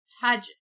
touch